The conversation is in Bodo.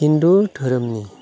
हिन्दु धोरोमनि